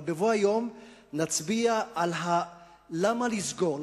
אבל בבוא היום נצביע על למה לסגור,